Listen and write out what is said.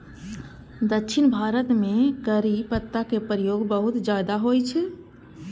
दक्षिण भारत मे करी पत्ता के प्रयोग बहुत ज्यादा होइ छै